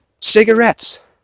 cigarettes